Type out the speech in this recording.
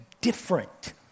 different